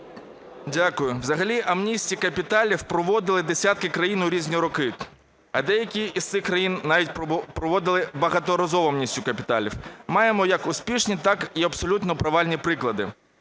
Дякую. Взагалі амністію капіталів проводили десятки країн у різні роки, а деякі з цих країн навіть проводили багаторазово амністію капіталів. Маємо як успішні, так і абсолютно провальні приклади.